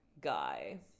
guy